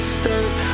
state